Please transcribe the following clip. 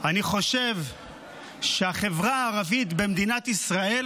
אני חושב שהחברה הערבית במדינת ישראל